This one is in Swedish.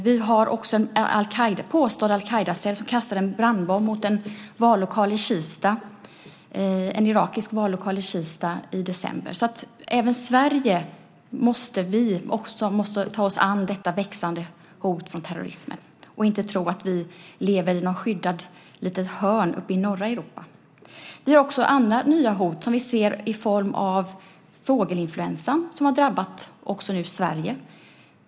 Vi har också en påstådd al-Qaida-cell som kastat en brandbomb mot en irakisk vallokal i Kista i december. Även vi i Sverige måste ta oss an detta växande hot från terrorismen och inte tro att vi lever i något skyddat litet hörn i norra Europa. Vi har andra nya hot som vi ser i form av fågelinfluensan som nu också har drabbat Sverige.